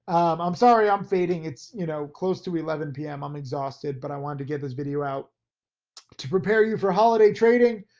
i'm sorry i'm fading. it's, you know, close to eleven zero p m. i'm exhausted, but i wanted to get this video out to prepare you for holiday trading,